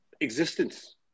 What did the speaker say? existence